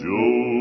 Joe